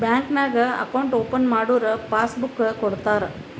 bank ನಾಗ್ account open ಮಾಡುರ್ passbook ಕೊಡ್ತಾರ